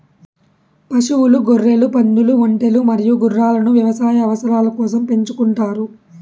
పశువులు, గొర్రెలు, పందులు, ఒంటెలు మరియు గుర్రాలను వ్యవసాయ అవసరాల కోసం పెంచుకుంటారు